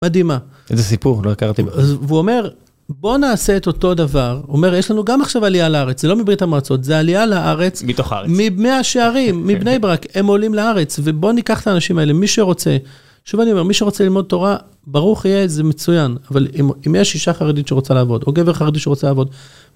מדהימה. איזה סיפור, לא הכרתי. והוא אומר, בוא נעשה את אותו דבר. הוא אומר, יש לנו גם עכשיו עלייה לארץ. זה לא מברית המועצות, זה עלייה לארץ. מתוך הארץ. ממאה השערים, מבני ברק, הם עולים לארץ. ובוא ניקח את האנשים האלה, מי שרוצה. שוב אני אומר, מי שרוצה ללמוד תורה, ברוך יהיה, זה מצוין. אבל אם יש אישה חרדית שרוצה לעבוד, או גבר חרדי שרוצה לעבוד.